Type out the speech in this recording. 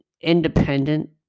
independent